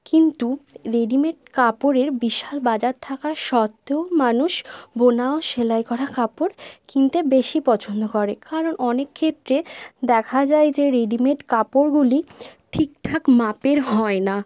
কিন্তু রেডিমেড কাপড়ের বিশাল বাজার থাকার সত্ত্বেও মানুষ বোনা ও সেলাই করা কাপড় কিনতে বেশি পছন্দ করে কারণ অনেক ক্ষেত্রে দেখা যায় যে রেডিমেড কাপড়গুলি ঠিকঠাক মাপের হয় না